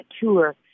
tour